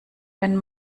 wenn